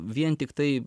vien tiktai